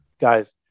guys